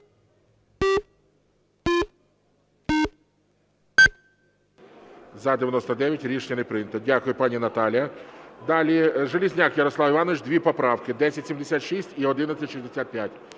За-99 Рішення не прийнято. Дякую, пані Наталія. Далі Железняк Ярослав Іванович, дві поправки, 1076 і 1165.